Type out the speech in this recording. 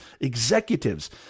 executives